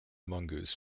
mongoose